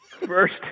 First